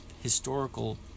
historical